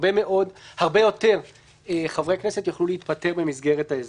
הרבה יותר חברי כנסת יוכלו להתפטר במסגרת ההסדר.